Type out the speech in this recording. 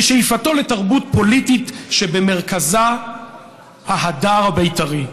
ושאיפתו לתרבות פוליטית שבמרכזה ההדר הבית"רי,